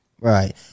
Right